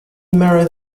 married